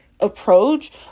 approach